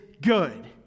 good